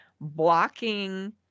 blocking